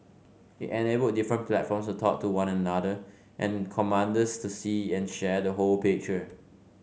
it enabled different platforms to talk to one another and commanders to see and share the whole picture